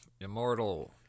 immortal